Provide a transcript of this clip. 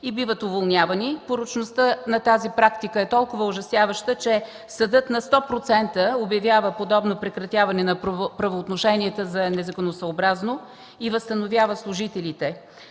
и биват уволнявани. Порочността на тази практика е толкова ужасяваща, че съдът на 100% обявява подобно прекратяване на правоотношенията за незаконосъобразно и възстановява служителите.